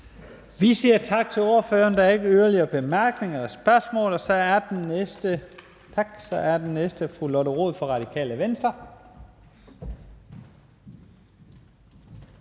Vi siger tak til ordføreren. Der er ikke yderligere bemærkninger eller spørgsmål. Så er den næste fru Lotte Rod fra Radikale Venstre.